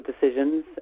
decisions